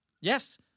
yes